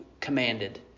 commanded